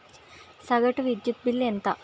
సగటు విద్యుత్ బిల్లు ఎంత?